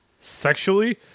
Sexually